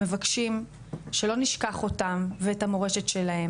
מבקשים שלא נשכח אותם ואת המורשת שלהם